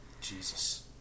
Jesus